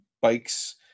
bikes